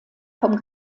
vom